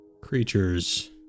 creatures